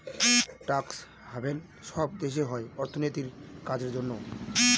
tax haven সব দেশে হয় অর্থনীতির কাজের জন্য